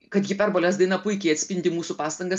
kad hiperbolės daina puikiai atspindi mūsų pastangas